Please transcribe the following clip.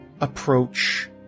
approach